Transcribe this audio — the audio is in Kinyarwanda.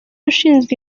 ushinzwe